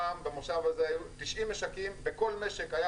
פעם במושב הזה היו 90 משקים ובכל משק היה